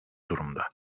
durumda